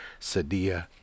Sadia